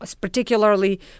particularly